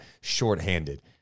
shorthanded